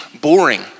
boring